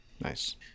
Nice